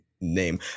name